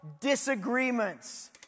disagreements